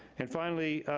and finally,